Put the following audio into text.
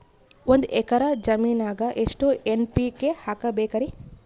ಒಂದ್ ಎಕ್ಕರ ಜಮೀನಗ ಎಷ್ಟು ಎನ್.ಪಿ.ಕೆ ಹಾಕಬೇಕರಿ?